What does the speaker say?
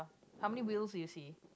how many wheels do you see